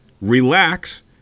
relax